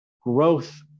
growth